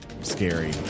scary